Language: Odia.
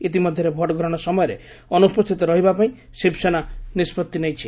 ଇତିମଧ୍ୟରେ ଭୋଟ୍ଗ୍ରହଣ ସମୟରେ ଅନୁପସ୍ଥିତ ରହିବାପାଇଁ ଶିବସେନା ନିଷ୍କଭି ନେଇଛି